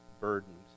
burdened